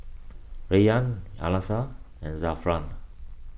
Rayyan Alyssa and Zafran